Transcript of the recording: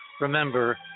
remember